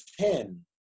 ten